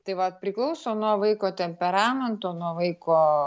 tai va priklauso nuo vaiko temperamento nuo vaiko